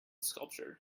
sculpture